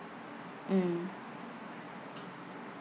mm